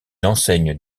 enseigne